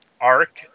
arc